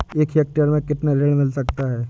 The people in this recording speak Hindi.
एक हेक्टेयर में कितना ऋण मिल सकता है?